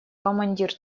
командир